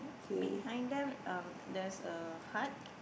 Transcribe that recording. behind them there's a heart